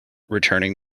returning